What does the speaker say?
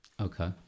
Okay